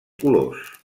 colors